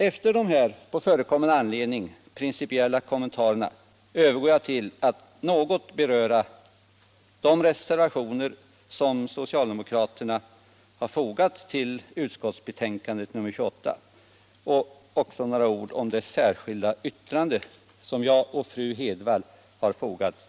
Efter dessa på förekommen anledning gjorda principiella kommentarer övergår jag till att något beröra de reservationer som socialdemokraterna har fogat till utskottsbetänkandet och vill även säga några ord om det särskilda yttrande som jag och fru Hedvall har avgivit.